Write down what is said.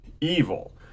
evil